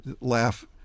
laugh